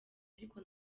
ariko